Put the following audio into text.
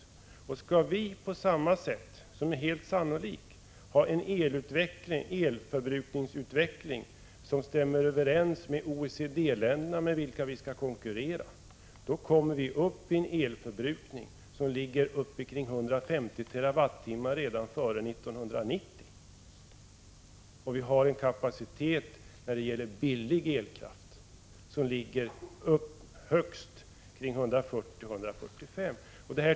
1985/86:124 Skall vi, vilket är helt sannolikt, ha en elförbrukningsutveckling som 23 april 1986 stämmer överens med OECD-ländernas, med vilka vi skall konkurrera, kommer vi upp i en elförbrukning som ligger kring 150 TWh redan före 1990. Vi har en kapacitet när det gäller billig elkraft som ligger vid högst ca 140-145 TWh.